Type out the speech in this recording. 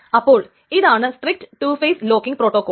അപ്പോൾ ഇതാണ് strict two phase locking protocol